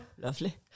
lovely